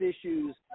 issues